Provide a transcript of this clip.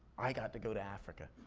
i got to go to africa.